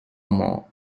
more